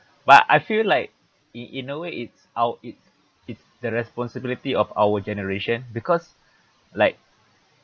but I feel like in in a way it's out it it's the responsibility of our generation because like